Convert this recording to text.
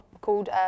called